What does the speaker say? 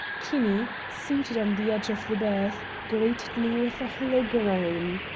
kinney, seated on the edge of the berth, greeted me with a hollow groan.